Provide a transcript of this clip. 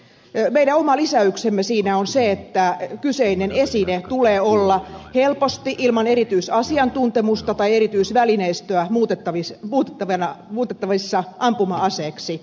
meidän oma lisäyksemme siinä on se että kyseisen esineen tulee olla helposti ilman erityisasiantuntemusta tai erityisvälineistöä muutettavissa ampuma aseeksi